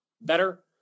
better